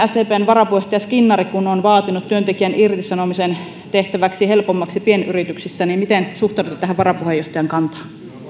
sdpn varapuheenjohtaja skinnari on vaatinut työntekijän irtisanomisen tekemistä helpommaksi pienyrityksissä miten suhtaudutte tähän varapuheenjohtajan kantaan arvoisa puhemies